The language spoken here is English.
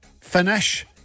finish